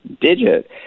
digit